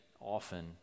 often